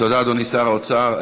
תודה, אדוני שר האוצר.